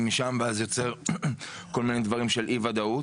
משם ואז נוצרים כל מיני מצבים של אי ודאות.